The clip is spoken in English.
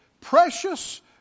precious